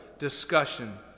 discussion